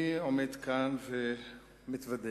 אני עומד כאן ומתוודה